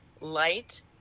Light